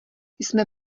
jsme